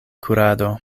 kurado